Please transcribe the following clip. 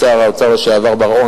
שר האוצר לשעבר בר-און,